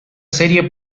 serie